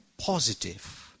positive